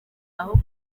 aho